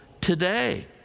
today